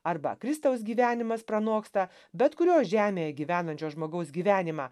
arba kristaus gyvenimas pranoksta bet kurio žemėje gyvenančio žmogaus gyvenimą